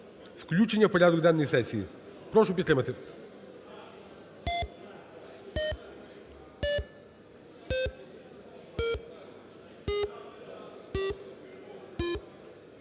включення в порядок денний сесії. Прошу підтримати.